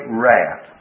wrath